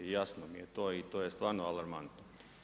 I jasno mi je to i to je stvarno alarmantno.